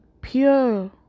pure